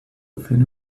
within